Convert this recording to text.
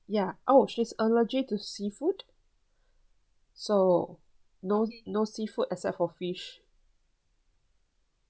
ya oh she's allergic to seafood so no no seafood except for fish